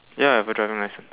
ya I got driving licence